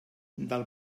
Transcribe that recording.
del